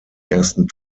ersten